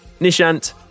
nishant